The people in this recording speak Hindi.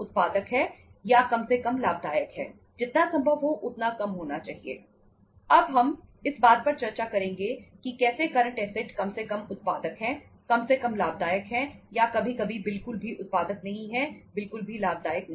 उत्पादक हैं कम से कम लाभदायक हैं या कभी कभी बिल्कुल भी उत्पादक नहीं हैं बिल्कुल भी लाभदायक नहीं हैं